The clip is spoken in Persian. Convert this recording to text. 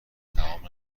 تمام